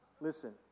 Listen